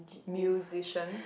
musicians